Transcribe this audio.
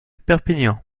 perpignan